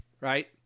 right